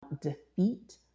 defeat